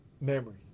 memory